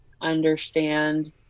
understand